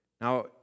Now